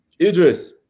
Idris